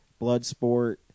Bloodsport